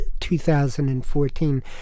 2014